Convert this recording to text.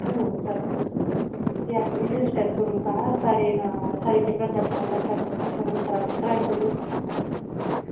हो चालत आहे चालत आहे या तुम्ही हेअरस्टाईल करून पहा साडे साडेचे प्रकार सांगा त्या प्रत त्यानुसार आपण ट्राय करू